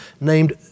named